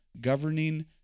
governing